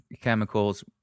chemicals